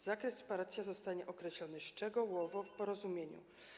Zakres wsparcia zostanie określony szczegółowo w porozumieniu.